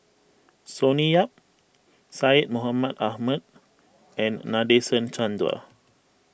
Sonny Yap Syed Mohamed Ahmed and Nadasen Chandra